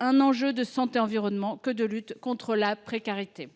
enjeu de santé et d’environnement que de lutte contre la précarité.